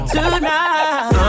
Tonight